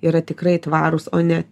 yra tikrai tvarūs o ne